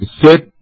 sit